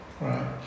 right